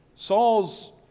Saul's